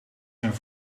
zijn